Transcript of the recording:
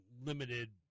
limited